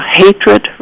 hatred